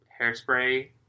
Hairspray